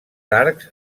arcs